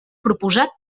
proposat